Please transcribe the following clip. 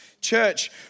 Church